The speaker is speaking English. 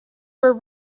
were